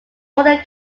order